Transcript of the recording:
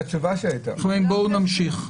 חברים, בואו נמשיך.